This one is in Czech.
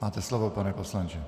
Máte slovo, pane poslanče.